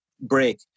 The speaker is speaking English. break